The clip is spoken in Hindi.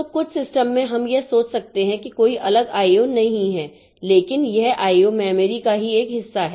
तो कुछ सिस्टम में हम यह सोच सकते हैं कि कोई अलग आईओ नहीं है लेकिन यह आईओ मेमोरी का ही एक हिस्सा है